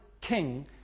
king